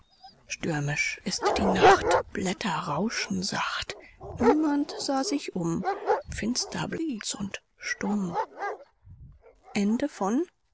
stürmisch ist die nacht blätter rauschen sacht niemand sah sich um finster blieb's und stumm